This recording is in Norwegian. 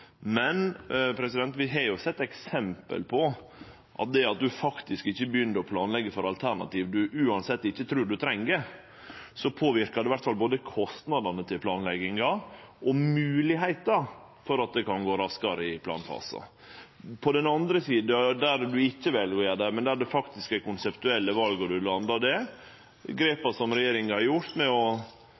men vi har faktisk sett eksempel på at det å ikkje begynne å planleggje for alternativ ein uansett ikkje trur ein treng, påverkar både kostnadene til planlegginga og mogelegheita for at det kan gå raskare i planfasen. På den andre sida kan ein velje ikkje å gjere det der det faktisk er konseptuelle val og ein landar det. Grepa som regjeringa har gjort med å